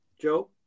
Joe